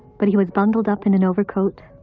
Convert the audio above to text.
but he was bundled up in an overcoat,